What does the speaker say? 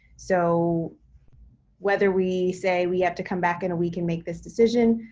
so whether we say we have to come back in a week and make this decision,